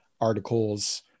articles